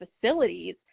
facilities